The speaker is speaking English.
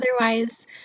otherwise